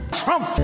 trump